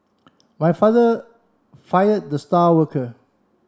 my father fired the star worker